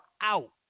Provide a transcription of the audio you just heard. out